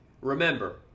Remember